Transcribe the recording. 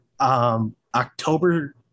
October